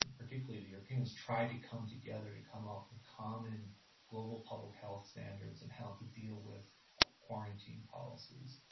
particularly the europeans tried to come together to come up with common global public health standards and how to deal with quarantine policies.